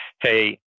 hey